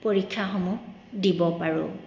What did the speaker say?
পৰীক্ষাসমূহ দিব পাৰোঁ